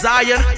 Zion